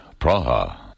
Praha